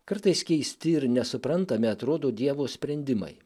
kartais keisti ir nesuprantami atrodo dievo sprendimai